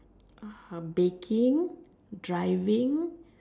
uh um baking driving